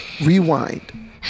rewind